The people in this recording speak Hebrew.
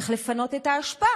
צריך לפנות את האשפה,